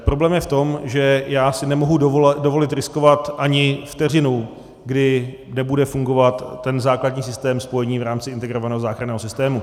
Problém je v tom, že já si nemohu dovolit riskovat ani vteřinu, kdy nebude fungovat základní systém spojení v rámci integrovaného záchranného systému.